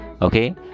okay